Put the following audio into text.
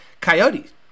coyotes